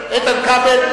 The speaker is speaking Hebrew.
איתן כבל,